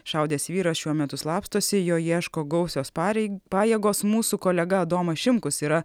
šaudęs vyras šiuo metu slapstosi jo ieško gausios parei pajėgos mūsų kolega adomas šimkus yra